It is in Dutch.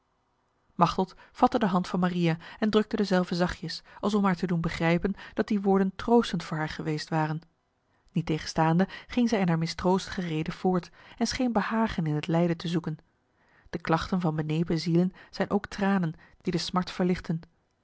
machteld vatte de hand van maria en drukte dezelve zachtjes als om haar te doen begrijpen dat die woorden troostend voor haar geweest waren niettegenstaande ging zij in haar mistroostige rede voort en scheen behagen in het lijden te zoeken de klachten van benepen zielen zijn ook tranen die de smart verlichten